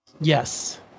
Yes